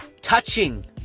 touching